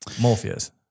Morpheus